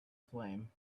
flame